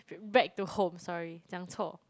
back to home sorry 讲错